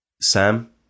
Sam